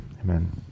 Amen